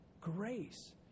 grace